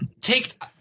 Take